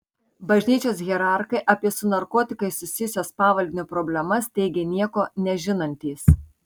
bažnyčios hierarchai apie su narkotikais susijusias pavaldinio problemas teigė nieko nežinantys